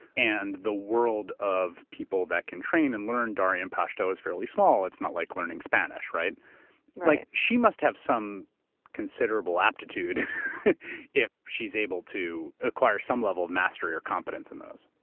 and the world of people that can train and learn dari and pashto is fairly small. it's not like learning spanish. like she must have some considerable aptitude if she's able to acquire some level of mastery or competence in those.